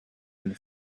and